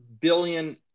billion